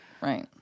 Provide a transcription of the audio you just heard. right